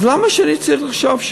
אז למה אני צריך לחשוב,